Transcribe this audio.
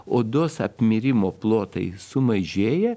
odos apmirimo plotai sumažėja